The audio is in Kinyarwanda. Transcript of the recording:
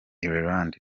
ireland